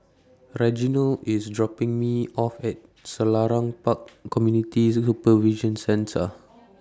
Reginald IS dropping Me off At Selarang Park Community Supervision Centre